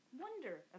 wonder